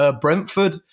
Brentford